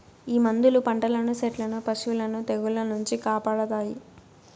ఈ మందులు పంటలను సెట్లను పశులను తెగుళ్ల నుంచి కాపాడతాయి